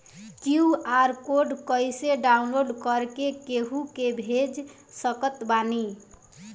QR code कइसे download कर के केहु के भेज सकत बानी?